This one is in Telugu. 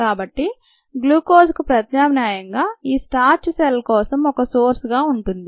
కాబట్టి గ్లూకోజ్ కు ప్రత్యామ్నాయంగా ఈ స్టార్చ్ సెల్స్ కోసం ఒక సోర్స్ గా ఉంటుంది